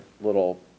little